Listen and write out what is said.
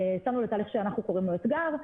יצאנו לתהליך שאנחנו קוראים לו "אתגר",